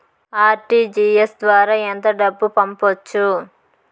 RTGS ద్వారా ఎంత డబ్బు పంపొచ్చు?